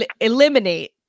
Eliminate